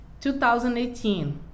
2018